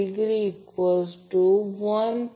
तर Vp 2 VL 2 आहे